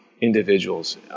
individuals